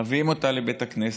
מביאים אותה לבית הכנסת.